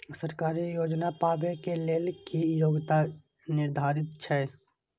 सरकारी योजना पाबे के लेल कि योग्यता निर्धारित छै?